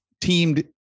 teamed